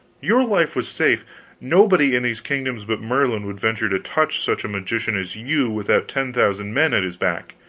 your life was safe nobody in these kingdoms but merlin would venture to touch such a magician as you without ten thousand men at his back